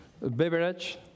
Beverage